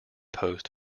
post